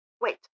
Wait